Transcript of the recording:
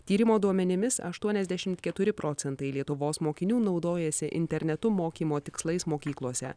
tyrimo duomenimis aštuoniasdešimt keturi procentai lietuvos mokinių naudojasi internetu mokymo tikslais mokyklose